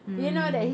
mm